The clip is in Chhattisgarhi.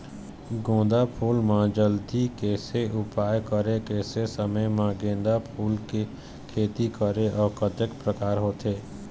गेंदा फूल मा जल्दी के कैसे उपाय करें कैसे समय मा गेंदा फूल के खेती करें अउ कतेक प्रकार होथे?